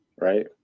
right